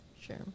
Sure